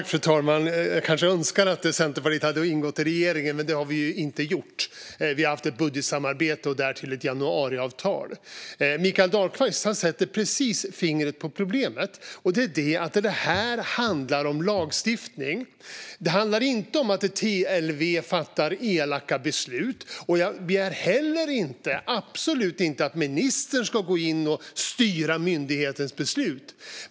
Fru talman! Jag kanske önskar att Centerpartiet hade ingått i regeringen, men det har vi inte gjort. Vi har haft ett budgetsamarbete och därtill ett januariavtal. Mikael Dahlqvist sätter fingret precis på problemet; det här handlar om lagstiftning. Det handlar inte om att TLV fattar elaka beslut. Och jag begär absolut inte att ministern ska gå in och styra myndighetens beslut.